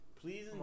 Please